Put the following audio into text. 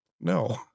No